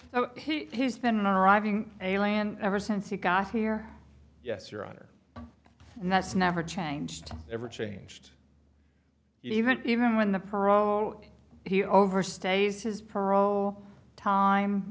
so he has been arriving a lan ever since he got here yes your honor that's never changed ever changed even even when the parole he overstays his parole time